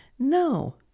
No